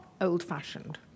old-fashioned